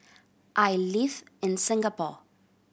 I live in Singapore